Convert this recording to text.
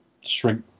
shrink